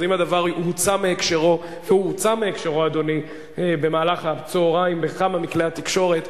אז הדבר הוצא מהקשרו במהלך הצהריים בכמה מכלי התקשורת,